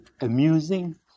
amusing